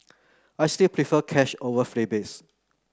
I still prefer cash over freebies